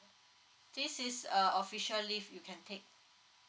this is uh officially leave you can take